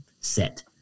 set